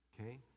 Okay